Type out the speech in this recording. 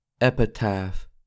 Epitaph